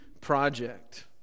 project